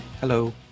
Hello